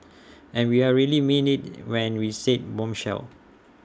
and we really mean IT when we said bombshell